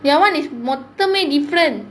the other one is மொத்தமே:motthamae different